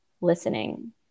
listening